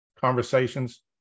Conversations